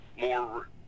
more –